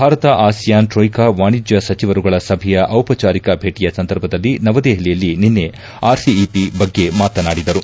Bharat ASEAN troika ವಾಣಿಜ್ಯ ಸಚಿವರುಗಳ ಸಭೆಯ ಔಪಚಾರಿಕ ಭೇಟಿಯ ಸಂದರ್ಭದಲ್ಲಿ ನವದೆಹಲಿಯಲ್ಲಿ ನಿನ್ನೆ ಆರ್ಸಿಇಪಿ ಬಗ್ಗೆ ಮಾತನಾಡಿದರು